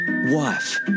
wife